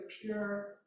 pure